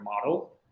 model